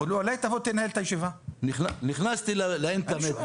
נכנסתי לאינטרנט,